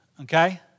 Okay